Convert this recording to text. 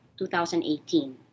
2018